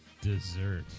Dessert